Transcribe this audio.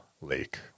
lake